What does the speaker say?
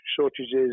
shortages